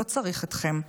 לא צריך אתכם.